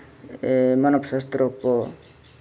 ᱢᱟᱱᱚᱵ ᱥᱟᱥᱛᱨᱚ ᱠᱚ